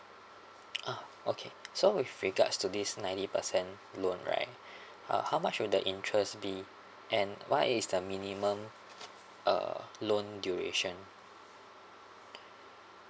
ah okay so with regards to this ninety percent loan right uh how much will the interest be and what is the minimum uh loan duration